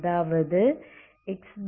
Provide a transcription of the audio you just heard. அதாவது x∈R